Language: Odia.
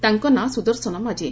ତାଙ୍କ ନାଁ ସୁଦର୍ଶନ ମାଝୀ